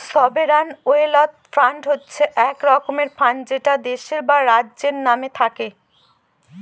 sovereign wealth fund হচ্ছে এক রকমের ফান্ড যেটা দেশের বা রাজ্যের নামে থাকে